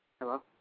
Hello